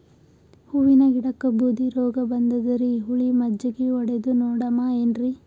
ಹೂವಿನ ಗಿಡಕ್ಕ ಬೂದಿ ರೋಗಬಂದದರಿ, ಹುಳಿ ಮಜ್ಜಗಿ ಹೊಡದು ನೋಡಮ ಏನ್ರೀ?